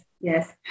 Yes